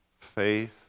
faith